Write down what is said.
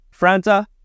Franta